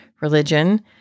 religion